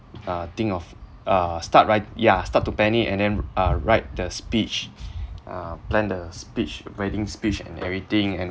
uh think of uh start write yeah start to panic and then uh write the speech uh plan the speech wedding speech and everything and